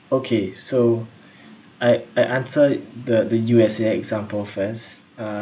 okay so I I answer the the U_S_A example first uh